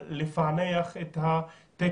אני לא רוצה לשמע ממנהל אתר שמשקיע המון